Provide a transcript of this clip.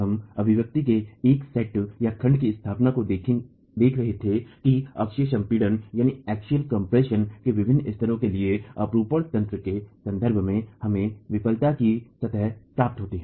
हम अभिव्यक्ति के एक सेटखंड की स्थापना को देख रहे थे कि अक्षीय संपीड़न के विभिन्न स्तरों के लिए अपरूपण तंत्र के संदर्भ में हमें विफलता की सतह प्राप्त होती है